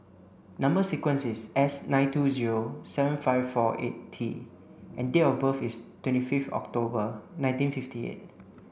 number sequence is S nine two zero seven five four eight T and date of birth is twenty fifth October nineteen fifty eight